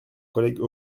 collègue